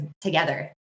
together